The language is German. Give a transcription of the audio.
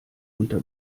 unter